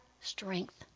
strength